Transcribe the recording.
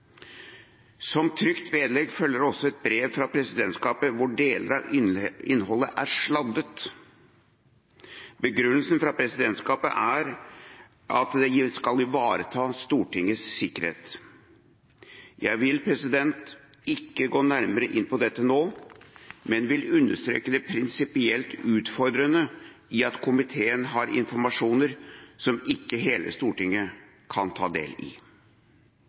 Som trykt vedlegg følger også et brev fra presidentskapet hvor deler av innholdet er sladdet. Begrunnelsen fra presidentskapet er at det skal ivareta Stortingets sikkerhet. Jeg vil ikke gå nærmere inn på dette nå, men vil understreke det prinsipielt utfordrende i at komiteen har informasjon som ikke hele Stortinget kan ta del i.